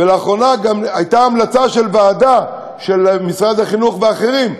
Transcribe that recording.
ולאחרונה גם הייתה המלצה של ועדה של משרד החינוך ואחרים,